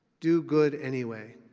do good anyway.